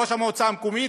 ראש המועצה המקומית,